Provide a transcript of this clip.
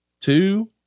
two